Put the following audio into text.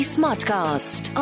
Smartcast